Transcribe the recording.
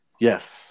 Yes